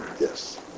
Yes